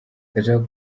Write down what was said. ndashaka